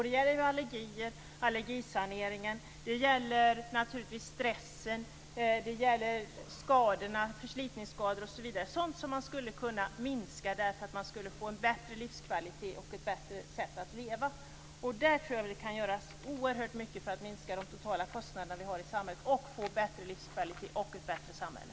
Det gäller allergisanering, stress, förslitningsskador osv. Sådant skall minska för att skapa bättre livskvalitet och ett bättre sätt att leva. Där går det att göra oerhört mycket för att minska de totala kostnaderna i samhället, få bättre livskvalitet och ett bättre samhälle.